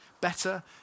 better